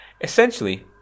Essentially